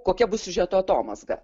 kokia bus siužeto atomazga